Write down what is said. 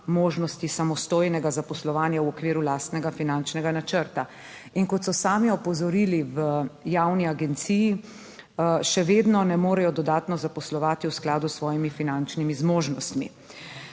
možnosti samostojnega zaposlovanja v okviru lastnega finančnega načrta. In kot so sami opozorili v Javni agenciji, še vedno ne morejo dodatno zaposlovati v skladu s svojimi finančnimi zmožnostmi.